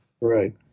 Right